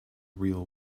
real